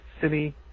city